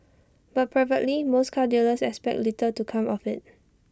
but privately most car dealers expect little to come of IT